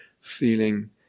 feeling